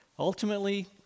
Ultimately